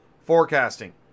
forecasting